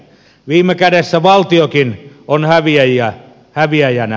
viime kädessä valtiokin on häviäjänä